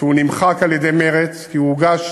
הוא נמחק על-ידי מרצ, כי הוא הוגש